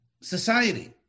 society